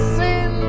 sin